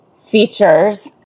features